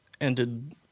ended